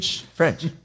French